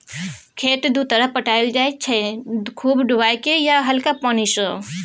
खेत दु तरहे पटाएल जाइ छै खुब डुबाए केँ या हल्का पानि सँ